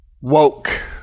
Woke